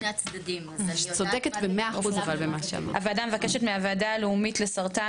6. הוועדה מבקשת מהוועדה הלאומית לסרטן,